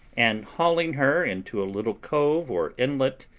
and hauling her into a little cove or inlet,